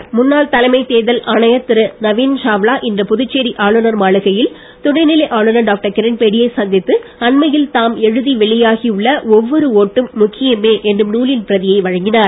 சந்திப்பு முன்னாள் தலைமை தேர்தல் ஆணையர் திரு நவின்சாவ்லா இன்று புதுச்சேரி ஆளுநர் மாளிகையில் துணை நிலை ஆளுநர் டாக்டர் கிரண்பேடியை சந்தித்து அண்மையில் தாம் எழுதி வெளியாகி உள்ள ஒவ்வொரு ஓட்டும் முக்கியமே என்னும் நூலின் பிரதியை வழங்கினார்